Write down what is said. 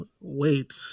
Wait